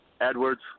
Edwards